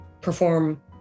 perform